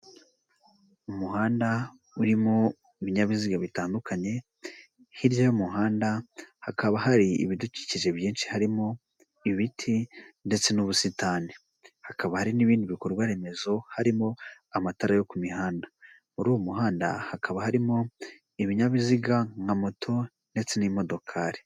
Umuhanda urimo ibinyabiziga bitandukanye, hirya y'umuhanda hakaba hari ibidukikije byinshi harimo ibiti ndetse n'ubusitani. Hakaba hari n'ibindi bikorwaremezo harimo amatara yo ku mihanda, muri uwo muhanda hakaba harimo ibinyabiziga nka moto, ndetse n'imodokari.